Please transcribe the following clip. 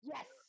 Yes